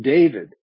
David